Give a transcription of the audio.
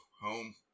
home